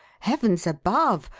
heavens above,